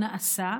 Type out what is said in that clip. נעשה,